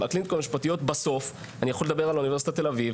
הקליניקות המשפטיות בסוף אני יכול לדבר על אוניברסיטת תל אביב